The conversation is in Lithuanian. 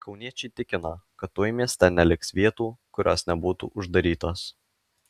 kauniečiai tikino kad tuoj mieste neliks vietų kurios nebūtų uždarytos